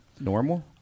normal